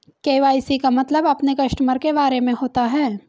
KYC का मतलब अपने कस्टमर के बारे में होता है